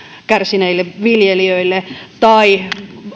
kärsineille viljelijöille tai